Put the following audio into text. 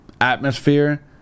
atmosphere